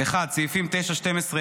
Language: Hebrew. (1) סעיפים 9 (12),